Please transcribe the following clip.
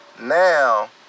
now